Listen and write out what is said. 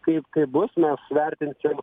kaip kaip bus mes vertinsim